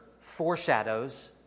foreshadows